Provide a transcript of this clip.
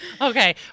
Okay